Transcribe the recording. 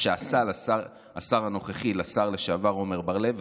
מה שעשה השר הנוכחי לשר לשעבר עמר בר לב.